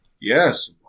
Yes